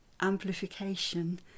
amplification